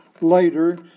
later